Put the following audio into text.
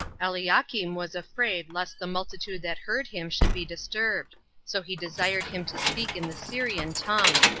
eliakim was afraid lest the multitude that heard him should be disturbed so he desired him to speak in the syrian tongue.